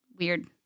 Weird